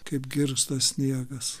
kaip girgžda sniegas